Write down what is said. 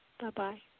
Bye-bye